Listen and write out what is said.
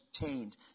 obtained